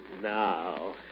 Now